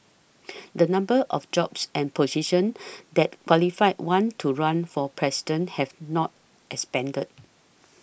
the numbers of jobs and positions that qualify one to run for President have not expanded